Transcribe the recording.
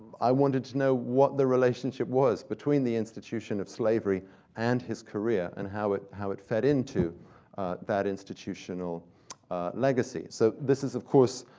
i wanted to know what the relationship was between the institution of slavery and his career, and how it how it fed into that institutional legacy. so this is, of course,